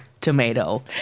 tomato